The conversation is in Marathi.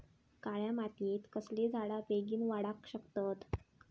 काळ्या मातयेत कसले झाडा बेगीन वाडाक शकतत?